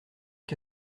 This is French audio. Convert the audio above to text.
que